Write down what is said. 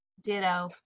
Ditto